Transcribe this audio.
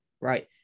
right